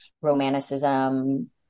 romanticism